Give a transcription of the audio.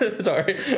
Sorry